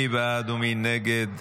מי בעד ומי נגד?